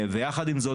ויחד עם זאת,